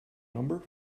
number